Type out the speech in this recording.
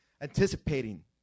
anticipating